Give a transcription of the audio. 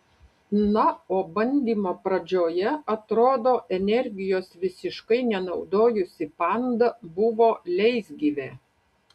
na o bandymo pradžioje atrodo energijos visiškai nenaudojusi panda buvo leisgyvė